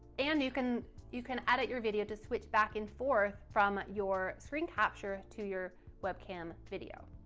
and you can you can edit your video to switch back and forth from your screen capture to your webcam video.